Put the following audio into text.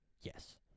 yes